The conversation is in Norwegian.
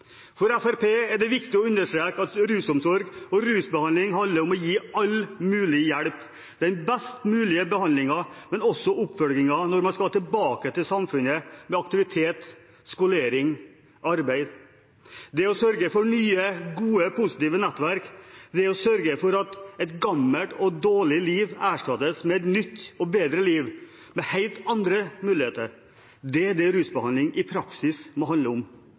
For Fremskrittspartiet er det viktig å understreke at rusomsorg og rusbehandling handler om å gi all mulig hjelp – den best mulige behandlingen – men også oppfølging når man skal tilbake til samfunnet, med aktivitet, skolering og arbeid: det å sørge for nye, gode og positive nettverk, det å sørge for at et gammelt og dårlig liv erstattes med et nytt og bedre liv med helt andre muligheter. Det er det rusbehandling i praksis må handle om.